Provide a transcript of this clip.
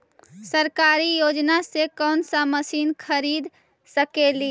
सरकारी योजना से कोन सा मशीन खरीद सकेली?